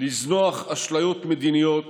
לזנוח אשליות מדיניות